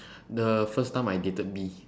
the first time I dated B